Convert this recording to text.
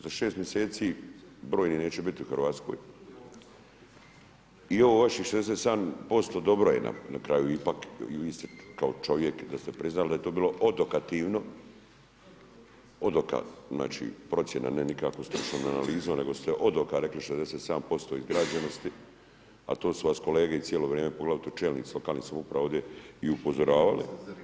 Za šest mjeseci brojni neće biti u Hrvatskoj i ovih vaših 67% dobro je na kraju ipak i vidi se da ste kao čovjek da ste priznali da je to bilo odokativno, od oka znači procjena, ne nikakvom stručnom analizom nego ste od oka rekli 67% izgrađenosti, a to su vas kolege cijelo vrijeme, poglavito čelnici lokalnih samouprava ovdje i upozoravali.